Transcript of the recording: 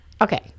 Okay